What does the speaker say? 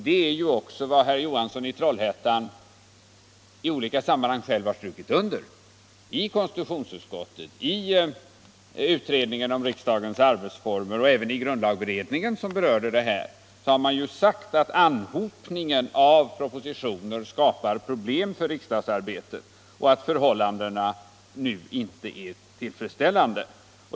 Det är också vad herr Johansson i Trollhättan i olika sammanhang själv har strukit under. även i grundlagberedningen, som berörde denna fråga, har man sagt att anhopningen av propositioner skapar problem för riksdagsarbetet och att förhållandena nu inte är tillfredsställande.